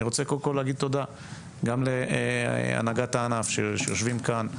אני רוצה קודם כל לומר תודה גם להנהגת הענף שיושבת כאן,